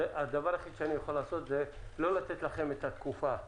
הדבר היחיד שאני יכול לעשות זה לא לתת לכם את התקופה במלואה.